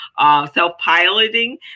self-piloting